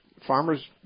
Farmers